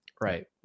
Right